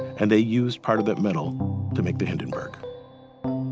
and they used part of that metal to make the hindenburg